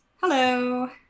Hello